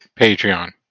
patreon